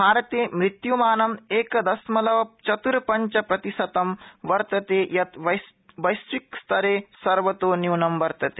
भारते मृत्युमानं एकदशमलव चत्ः पंच प्रतिशतं वर्तते यत् वश्रिकस्तरे सर्वतोन्यूनं वर्तते